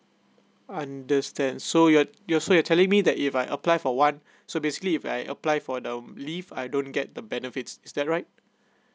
understand so you're you're so you telling me that if I apply for one so basically if I apply for the leave I don't get the benefits is that right